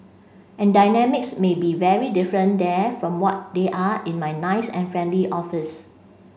and dynamics may be very different there from what they are in my nice and friendly office